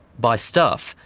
by stuff,